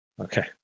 Okay